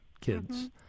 kids